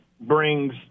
brings